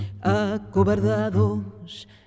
Acobardados